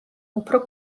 უფრო